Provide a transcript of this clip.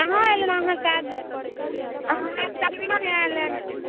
कहाँ एलनि अहाँ काज अहाँ ततबी ने आएल रहनि